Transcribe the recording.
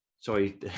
Sorry